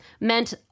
meant